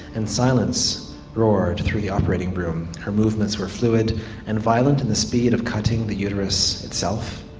and silence roared through the operating room. her movements were fluid and violent in the speed of cutting the uterus itself.